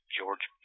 George